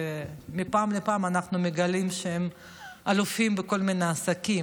שמפעם לפעם אנחנו מגלים שהם אלופים בכל מיני עסקים.